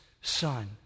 Son